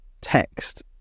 text